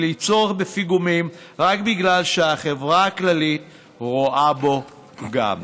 בלי צורך בפיגומים רק בגלל שהחברה הכללית רואה בו פגם.